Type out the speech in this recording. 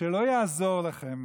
שלא יעזור לכם,